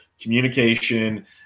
communication